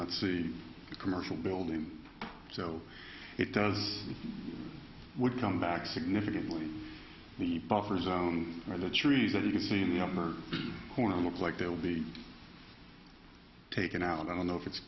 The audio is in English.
not see the commercial building so it does would come back significantly the buffer zone or the trees that you can see in the upper corner looks like they'll be taken out i don't know if it's